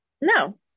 No